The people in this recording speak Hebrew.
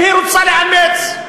אם היא רוצה לאמץ.